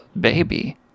baby